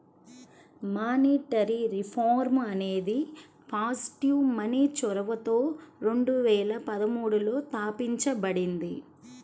monetary reform అనేది positive money చొరవతో రెండు వేల పదమూడులో తాపించబడింది